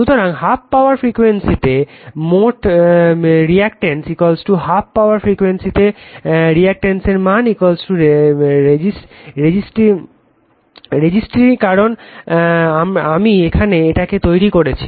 সুতরাং half power ফ্রিকয়েন্সিতে 12 power frequency মোট রিঅ্যাকটেন্স হ্যাফ পাওয়ার ফ্রিকুয়েন্সিতে রেজিসটেন্সের মান রেজিসটরটি কারণ আমি এখানে এটাকে তৈরি করেছি